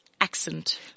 accent